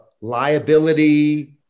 liability